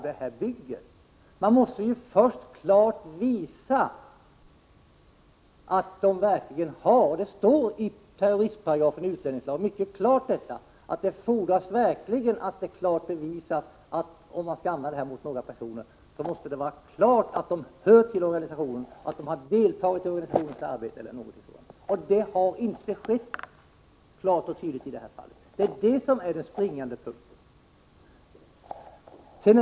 Det står mycket tydligt i terroristparagrafen i utlänningslagen, att om det skall bli fråga om utvisning måste det först klart bevisas att de anklagade hör till organisationen, har deltagit i organisationens arbete osv. Det har inte kunnat klart bevisas i detta fall, och det är det som är den springande punkten.